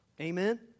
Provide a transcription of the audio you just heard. Amen